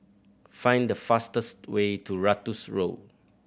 find the fastest way to Ratus Road